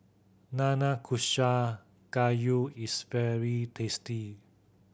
Nanakusa Gayu is very tasty